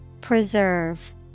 Preserve